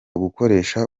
gukoresha